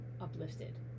uplifted